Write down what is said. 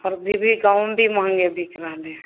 आओर अभी भी गहूॅंम भी महँगे बिक रहलै